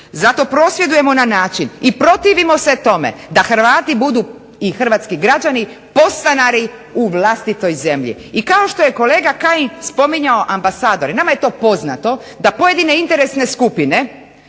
Zato prosvjedujemo na način i protivimo se tome da Hrvati budu i Hrvatski građani podstanari u vlastitoj zemlji. I kao što je kolega Kajin spominjao ambasadore, nama je to poznato da pojedine interesne skupine